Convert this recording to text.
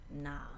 nah